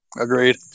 Agreed